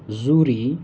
زوری